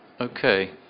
Okay